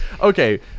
Okay